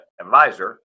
advisor